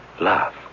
Love